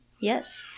Yes